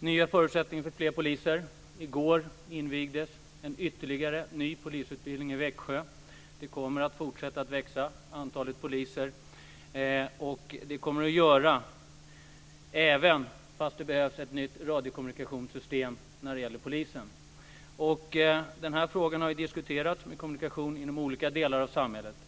nya förutsättningar för fler poliser. I går invigdes ytterligare en ny polisutbildning i Växjö. Antalet poliser kommer att fortsätta att växa, och det kommer det att göra trots att det behövs ett nytt radiokommunikationssystem inom polisen. Frågan om kommunikationen inom olika delar av samhället har ju diskuterats.